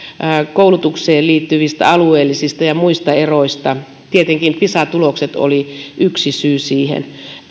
koulutukseen liittyvistä alueellisista ja muista eroista tietenkin pisa tulokset olivat yksi syy siihen vaikka